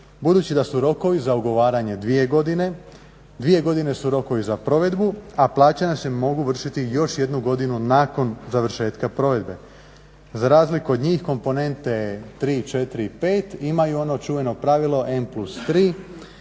Budući da su rokovi za ugovaranje dvije godine, dvije godine su rokovi za provedbu, a plaćanja se mogu vršiti još jednu godinu nakon završetka provedbe. Za razliku od njih komponente 3, 4 i 5 imaju ono čuveno pravilo N+3